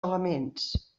elements